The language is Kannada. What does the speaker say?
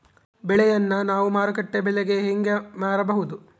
ಬೆಳೆಯನ್ನ ನಾವು ಮಾರುಕಟ್ಟೆ ಬೆಲೆಗೆ ಹೆಂಗೆ ಮಾರಬಹುದು?